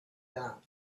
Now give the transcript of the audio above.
that